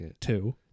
Two